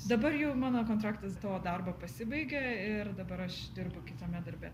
dabar jau mano kontraktas to darbo pasibaigė ir dabar aš dirbu kitame darbe